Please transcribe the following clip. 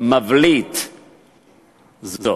מבליט זאת.